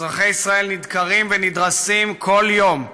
אזרחי ישראל נדקרים ונדרסים כל יום.